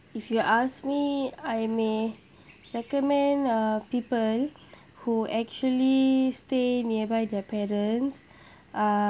if you ask me I may recommend uh people who actually stay nearby their parents uh